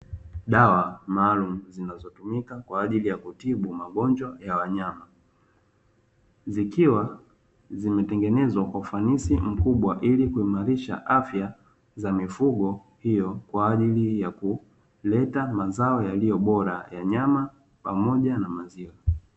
Dawa maalum zinazotumika kwa ajili ya kutibu magonjwa ya wanyama zikiwa zimetengenezwa kwa ufanisi mkubwa, ili kuimarisha afya za mifugo hiyo kwa ajili ya kuleta mazao yaliyo bora ya nyama pamoja na maziwa.